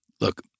Look